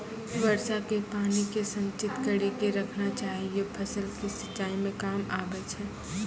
वर्षा के पानी के संचित कड़ी के रखना चाहियौ फ़सल के सिंचाई मे काम आबै छै?